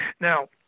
Now